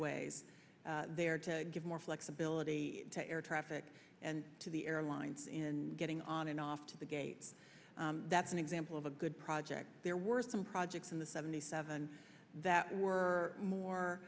ways there to give more flexibility to air traffic and to the airlines in getting on and off to the gate that's an example of a good project there were some projects in the seventy seven that were more